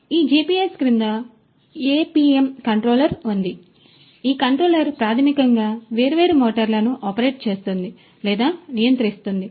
మరియుఈ GPS క్రింద ఈ APM controller ఉంది మరియు ఈ కంట్రోలర్ ప్రాథమికంగా ఈ వేర్వేరు మోటారులను ఆపరేట్ చేస్తుంది లేదా నియంత్రిస్తుంది